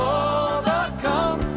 overcome